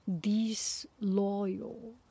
disloyal